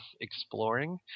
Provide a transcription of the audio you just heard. exploring